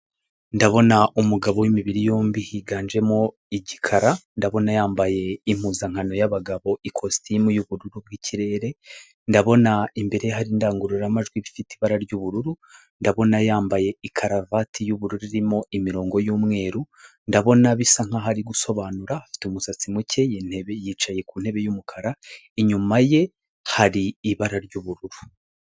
Ndabona umugabo w'imibiri yombi higanjemo igikara ndabona yambaye impuzankano y'abagabo ikositimu y'ubururu bw'ikirere, ndabona imbere hari indangururamajwi ifite ibara ry'ubururu, ndabona yambaye ikaruvati y'ubururu irimo imirongo y'umweru, ndabona bisa nk'aho ari gusobanura afite umusatsi muke yicaye ku ntebe yumukara inyuma ye hari ibara ry'ubururu.